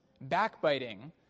backbiting